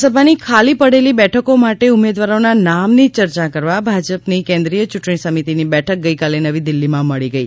રાજ્યસભાની ખાલી પડેલી બેઠકો માટે ઉમેદવારોના નામની ચર્ચા કરવા ભાજપની કેન્દ્રીય ચૂંટણી સમિતિની બેઠક ગઇકાલે નવી દિલ્હીમાં મળી ગઈ